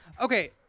okay